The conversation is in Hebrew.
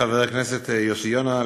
חבר הכנסת יוסי יונה,